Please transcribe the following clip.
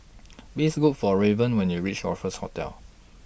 Please Look For Lavern when YOU REACH Raffles Hotel